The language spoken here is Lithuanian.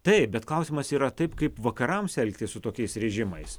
taip bet klausimas yra taip kaip vakarams elgtis su tokiais režimais